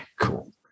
cool